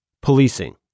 policing